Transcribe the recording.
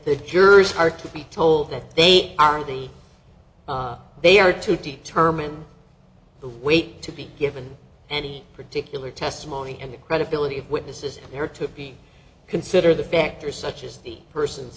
the jurors are to be told that they are the they are to determine the weight to be given any particular testimony and the credibility of witnesses there to be considered the factors such as the person's